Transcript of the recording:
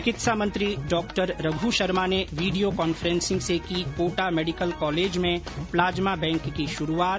चिकित्सा मंत्री डॉ रघ् शर्मा ने वीडियो कॉन्फ्रेन्सिंग से की कोटा मेडिकल कॉलेज में प्लाज्मा बैंक की शुरूआत